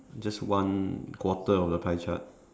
just one quarter of the pie chart